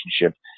relationship